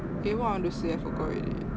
eh what I want to say I forgot already